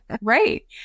right